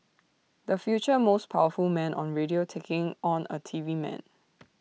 the future most powerful man on radio taking on A TV man